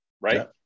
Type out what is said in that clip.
right